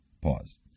Pause